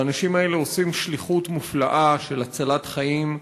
והאנשים האלה עושים שליחות מופלאה של הצלת חיים,